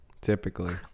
typically